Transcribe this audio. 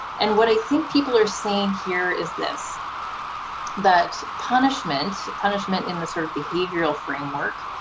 and what i think people are saying here is this that punishment, punishment in the sort of behavioral framework,